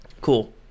Cool